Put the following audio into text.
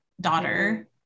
daughter